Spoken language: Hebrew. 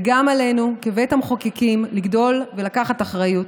וגם עלינו כבית המחוקקים לגדול ולקחת אחריות.